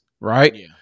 right